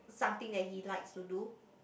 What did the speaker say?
something that he likes to do